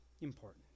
important